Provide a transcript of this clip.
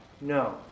No